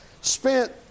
spent